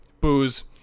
booze